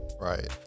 right